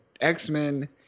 x-men